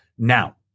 Now